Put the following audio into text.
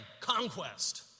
conquest